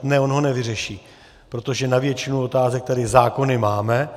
Ne, on ho nevyřeší, protože na většinu otázek tady zákony máme.